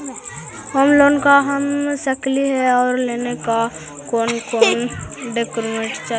Home loan का हम ले सकली हे, और लेने ला कोन कोन डोकोमेंट चाही?